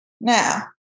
Now